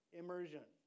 immersion